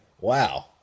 Wow